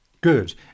Good